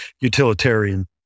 utilitarian